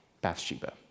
Bathsheba